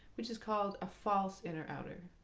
which is called a false inner-outer.